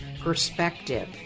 Perspective